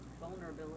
Vulnerability